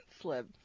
slip